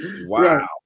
Wow